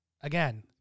again